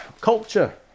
culture